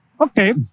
Okay